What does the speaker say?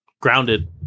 Grounded